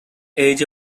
age